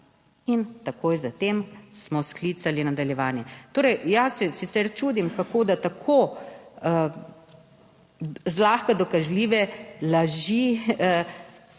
in takoj za tem smo sklicali nadaljevanje. Torej, jaz se sicer čudim, kako, da tako zlahka dokazljive laži